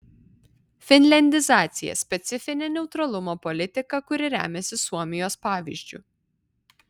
finliandizacija specifinė neutralumo politika kuri remiasi suomijos pavyzdžiu